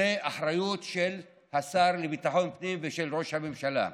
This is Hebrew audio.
זו האחריות של השר לביטחון הפנים ושל ראש הממשלה.